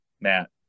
Matt